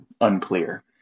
unclear